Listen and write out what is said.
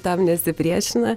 tam nesipriešina